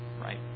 right